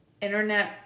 internet